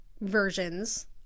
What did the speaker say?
versions